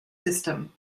system